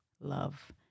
love